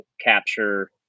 capture